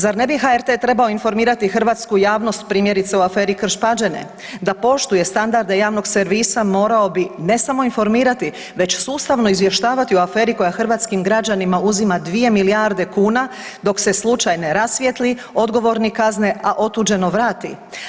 Zar ne bi HRT trebao informirati hrvatsku javnost primjerice o aferi Krš-Pađene, da poštuje standarde javnog servisa morao bi ne samo informirati već sustavno izvještavati o aferi koja hrvatskim građanima uzima 2 milijarde kuna dok se slučaj ne rasvijetli, odgovorni kazne, a otuđeno vrati.